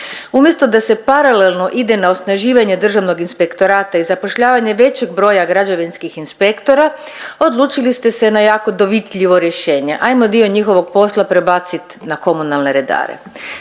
Umjesto da se paralelno ide na osnaživanje Državnog inspektorata i zapošljavanje većeg broja građevinskih inspektora odlučili ste se na jako dovitljivo rješenje, ajmo dio njihovog posla prebacit na komunalne redare.